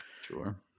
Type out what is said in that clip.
Sure